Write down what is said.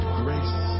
grace